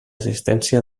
assistència